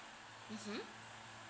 mmhmm